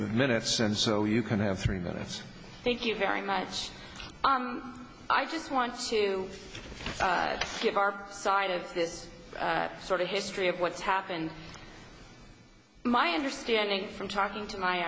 minutes and so you can have three minutes thank you very much i just want to give our side of this sort of history of what's happened my understanding from talking to my